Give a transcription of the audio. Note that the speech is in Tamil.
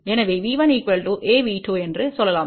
எனவே V1 AV2என்று சொல்லலாம்